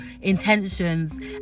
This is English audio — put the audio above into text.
intentions